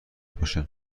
باشن